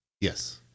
Yes